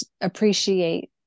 appreciate